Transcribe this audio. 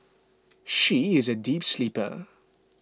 she is a deep sleeper